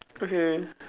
okay